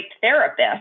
therapist